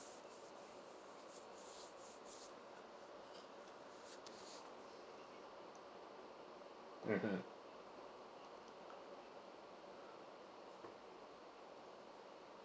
mmhmm